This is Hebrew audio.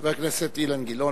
חבר הכנסת אילן גילאון.